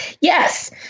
Yes